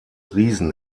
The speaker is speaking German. riesen